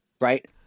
right